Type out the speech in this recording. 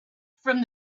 from